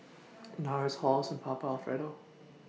Nars Halls and Papa Alfredo